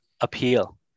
appeal